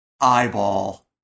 eyeball